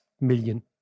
million